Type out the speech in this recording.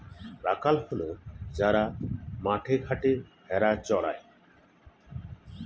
রাখাল হল যারা মাঠে ঘাটে ভেড়া চড়ায়